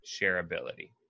shareability